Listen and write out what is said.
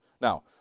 Now